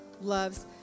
loves